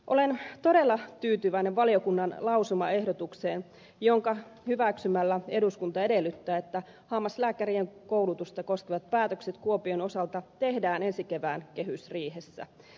olen todella tyytyväinen valiokunnan lausumaehdotukseen jonka hyväksymällä eduskunta edellyttää että hammaslääkärien koulutusta koskevat päätökset kuopion osalta tehdään ensi kevään kehysriihessä